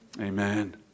Amen